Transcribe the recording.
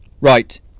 Right